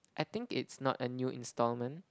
I think it's not a new instalment